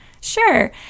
sure